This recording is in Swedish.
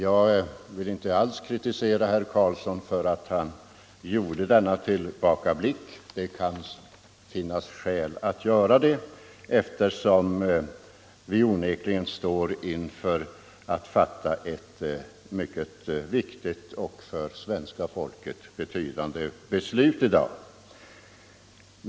Jag vill inte alls kritisera herr Carlsson för att han gjorde denna tillbakablick. Det kan finnas skäl att göra en sådan, eftersom vi onekligen står inför att fatta ett mycket viktigt och för svenska folket betydelsefullt beslut i dag.